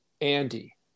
Andy